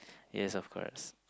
yes of course